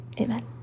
Amen